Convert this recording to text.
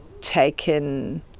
taken